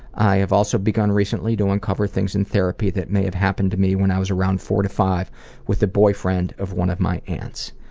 i have also begun recently to uncover things in therapy that may have happened to me when i was around four to five with a boyfriend of one of my aunts.